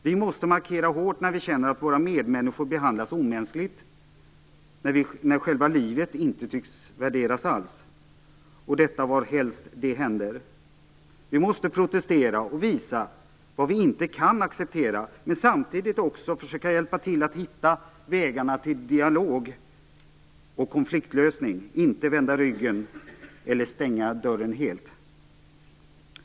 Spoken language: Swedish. Vi måste markera hårt när vi känner att våra medmänniskor behandlas omänskligt och själva livet inte tycks värderas alls, och detta varhelst det händer. Vi måste protestera och visa vad vi inte kan acceptera men samtidigt också försöka att hjälpa till att hitta vägar till dialog och konfliktlösning, och inte vända ryggen till eller stänga dörren helt.